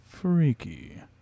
Freaky